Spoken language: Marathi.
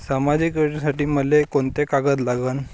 सामाजिक योजनेसाठी मले कोंते कागद लागन?